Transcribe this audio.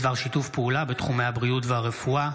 בדבר שיתוף פעולה בתחומי הבריאות והרפואה.